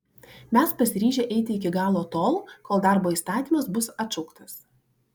mes pasiryžę eiti iki galo tol kol darbo įstatymas bus atšauktas